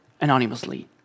anonymously